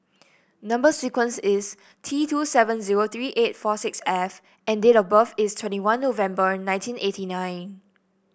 number sequence is T two seven zero three eight four six F and date of birth is twenty one November nineteen eighty nine